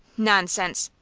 nonsense!